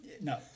No